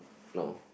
no